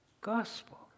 gospel